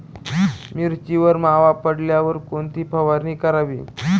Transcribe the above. मिरचीवर मावा पडल्यावर कोणती फवारणी करावी?